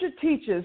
teaches